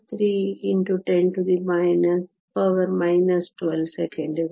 3 x 10 12 ಸೆಕೆಂಡುಗಳು